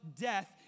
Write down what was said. death